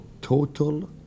total